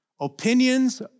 Opinions